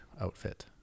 outfit